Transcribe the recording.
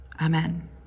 Amen